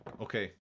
Okay